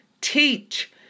teach